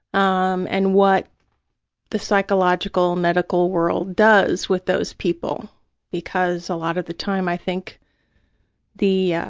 um and what the psychological medical world does with those people because a lot of the time i think the, yeah